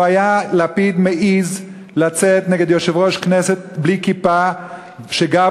לפיד לא היה מעז לצאת נגד יושב-ראש כנסת בלי כיפה שגר